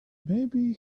maybe